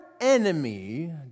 enemy